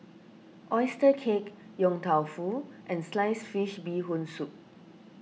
Oyster Cake Yong Tau Foo and Sliced Fish Bee Hoon Soup